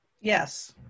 Yes